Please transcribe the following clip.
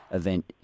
event